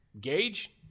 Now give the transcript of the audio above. Gage